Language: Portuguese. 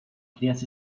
criança